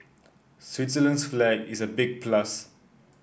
Switzerland's flag is a big plus